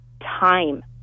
time